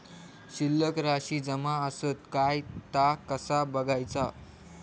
शिल्लक राशी जमा आसत काय ता कसा बगायचा?